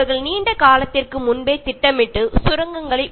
അവർ വളരെ മുൻപേ ഇതിനെക്കുറിച്ച് ആലോചിച്ച് തുരങ്കം ഒക്കെ ഉണ്ടാക്കിയിരിക്കും